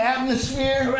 Atmosphere